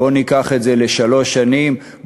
בואו ניקח את זה לשלוש שנים,